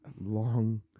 long